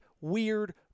weird